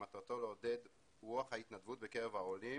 שמטרתו לעודד את רוח ההתנדבות בקרב העולים